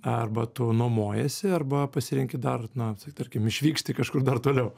arba tu nuomojiesi arba pasirenki dar na tarkim išvykti kažkur dar toliau